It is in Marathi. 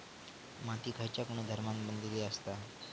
माती खयच्या गुणधर्मान बनलेली असता?